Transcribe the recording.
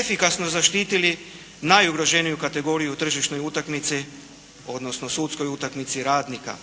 efikasno zaštitili najugroženiju kategoriju u tržišnoj utakmici, odnosno sudskoj utakmici radnika.